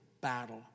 battle